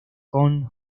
con